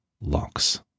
locks